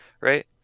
right